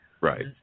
Right